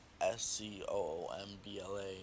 S-C-O-O-M-B-L-A